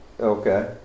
Okay